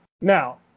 Now